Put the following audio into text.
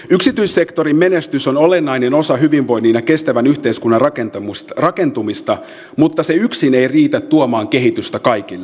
yksityissektorin menestys on olennainen osa hyvinvoinnin ja kestävän yhteiskunnan rakentumista mutta se yksin ei riitä tuomaan kehitystä kaikille